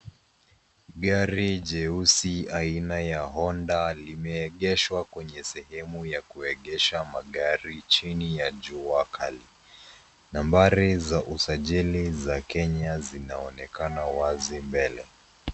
Gari jeusi aina ya Honda limeegeshwa kwenye sehemu ya kuegesha magari chini ya jua kali, nambari za usajili za kenya zinaonekana wazi mbele.